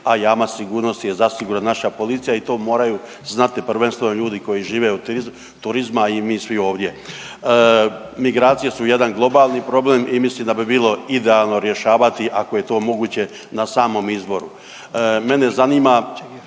a jamac sigurnosti je zasigurno naša policija i to moraju znati prvenstveno ljudi koji žive od turizma i mi svi ovdje. Migracije su jedan globalni problem i mislim da bi bilo idealno rješavati ako je to moguće na samom izvoru. Mene zanima